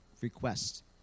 request